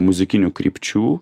muzikinių krypčių